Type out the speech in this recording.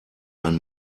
ein